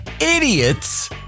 Idiots